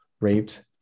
raped